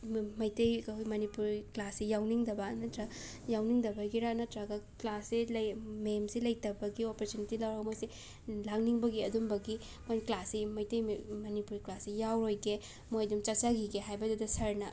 ꯃ ꯃꯩꯇꯩ ꯃꯅꯤꯄꯨꯔꯤ ꯀ꯭ꯂꯥꯁꯁꯦ ꯌꯥꯎꯅꯤꯡꯗꯕ ꯅꯠꯇ꯭ꯔ ꯌꯥꯎꯅꯤꯡꯗꯕꯒꯤꯔꯥ ꯅꯠꯇ꯭ꯔꯒ ꯀ꯭ꯂꯥꯁꯁꯦ ꯂꯩꯑ ꯃꯦꯝꯁꯦ ꯂꯩꯇꯕꯒꯤ ꯑꯣꯄꯣꯔꯆꯨꯅꯤꯇꯤ ꯂꯧꯔ ꯃꯣꯏꯁꯦ ꯂꯥꯡꯅꯤꯡꯕꯒꯤ ꯑꯗꯨꯝꯕꯒꯤ ꯃꯣꯏ ꯀ꯭ꯂꯥꯁꯁꯤ ꯃꯩꯇꯩ ꯃ ꯃꯅꯤꯄꯨꯔꯤ ꯀ꯭ꯂꯥꯁꯁꯦ ꯌꯥꯎꯔꯣꯏꯒꯦ ꯃꯣꯏ ꯗꯨꯝ ꯆꯠꯆꯈꯤꯒꯦ ꯍꯥꯏꯕꯗꯨꯗ ꯁꯔꯅ